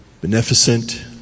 beneficent